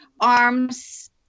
arms